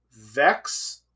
Vex